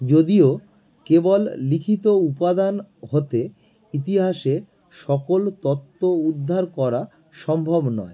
যদিও কেবল লিখিত উপাদান হতে ইতিহাসের সকল তথ্য উদ্ধার করা সম্ভব নয়